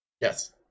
Yes